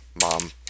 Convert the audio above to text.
mom